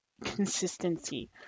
consistency